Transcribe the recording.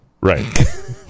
Right